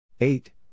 eight